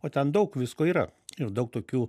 o ten daug visko yra ir daug tokių